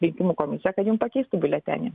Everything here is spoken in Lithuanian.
rinkimų komisiją kad jum pakeistų biuletenį